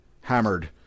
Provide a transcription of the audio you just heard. hammered